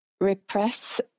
repress